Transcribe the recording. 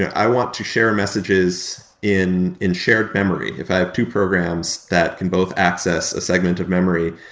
i want to share messages in in shared memory. if i have two programs that can both access a segment of memory,